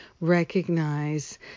recognize